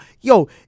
Yo